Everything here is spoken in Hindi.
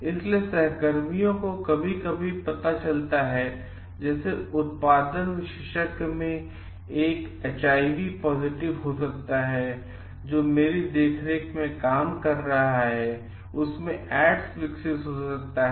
इसलिए सहकर्मियों को कभी कभी पता चलता है जैसे उत्पादन विशेषज्ञ में से एक एचआईवी पॉजिटिव हो सकता है जो मेरी देखरेख में काम कर रहा है उसमें एड्स विकसित हो सकता है